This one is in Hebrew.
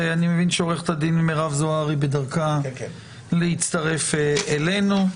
ואני מבין שעוה"ד מירב זוהרי בדרכה להצטרף אלינו.